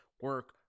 Work